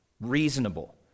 reasonable